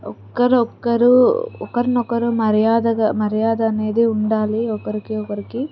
ఒక్కరొక్కరు ఒకరినొకరు మర్యాదగ మర్యాద అనేది ఉండాలి ఒకరికి ఒకరికి